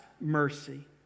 mercy